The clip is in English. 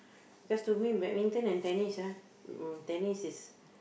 because to me badminton and tennis ah uh tennis is